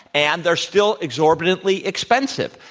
and they're still exorbitantly expensive.